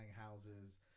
houses